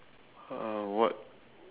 uh what